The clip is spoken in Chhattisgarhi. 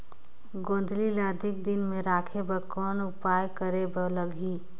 गोंदली ल अधिक दिन राखे बर कौन उपाय करे बर लगही?